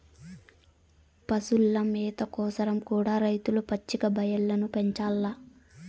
పశుల మేత కోసరం కూడా రైతులు పచ్చిక బయల్లను పెంచాల్ల